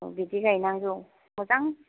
औ बिदि गायनांगौ मोजां